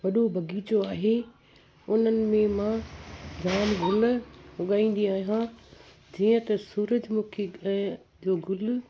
वॾो बाग़ीचो आहे उन्हनि में मां जाम गुल उगाईंदी आहियां जीअं त सूरजमुखी ऐं जो गुल